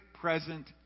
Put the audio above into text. present